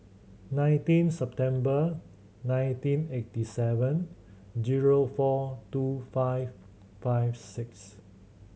nineteen September nineteen eighty seven zero four two five five six